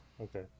okay